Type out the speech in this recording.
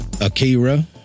Akira